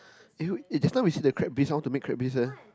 eh you eh just now we see the crab bisque I want to make crab bisque eh